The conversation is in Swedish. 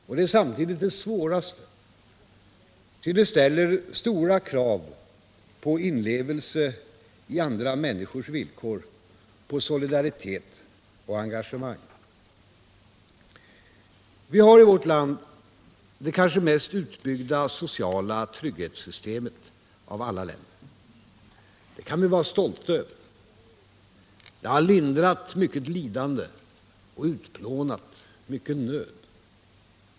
Och det är samtidigt det svåraste, ty det ställer stora krav på inlevelse i andra människors villkor, på solidaritet och engagemang. Vårt land har kanske det mest utbyggda sociala trygghetssystemet av alla länder. Det kan vi vara stolta över. Det har lindrat mycket lidande och utplånat mycken nöd.